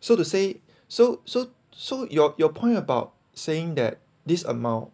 so to say so so so your your point about saying that this amount